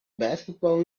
basketball